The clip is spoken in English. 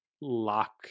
lock